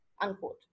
unquote